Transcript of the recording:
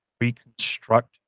reconstruct